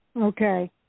Okay